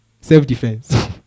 Self-defense